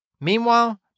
Meanwhile